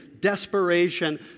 desperation